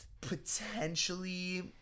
potentially